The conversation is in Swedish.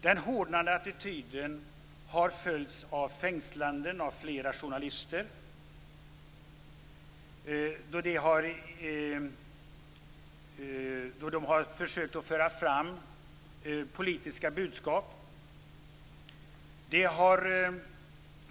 Den hårdnande attityden har följts av fängslanden av flera journalister då de har försökt föra fram politiska budskap.